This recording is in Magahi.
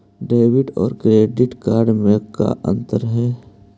डेबिट और क्रेडिट कार्ड में का अंतर हइ?